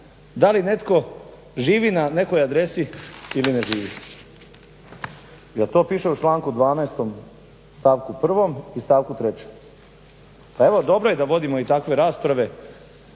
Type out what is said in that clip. da li netko živi na nekoj adresi ili ne živi. Jel' to piše u članku 12. stavku prvom i stavku trećem? Pa evo, dobro je da vodimo i takve rasprave,